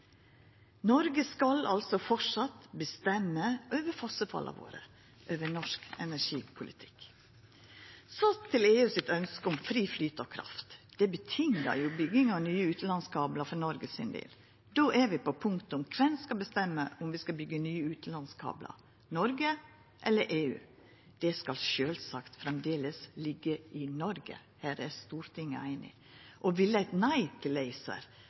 Noreg skal altså framleis bestemma over fossefalla våre, over norsk energipolitikk. Så til EUs ønske om fri flyt av kraft: Det krev jo bygging av nye utanlandskablar for Noregs del. Då er vi på punktet om kven som skal bestemma om vi skal byggja nye utanlandskablar – Noreg eller EU? Det skal sjølvsagt framleis liggja i Noreg, her er Stortinget einig. Og